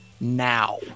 now